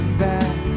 back